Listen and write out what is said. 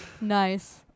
Nice